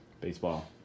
baseball